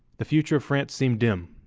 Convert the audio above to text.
the future of france seemed dim,